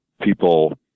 people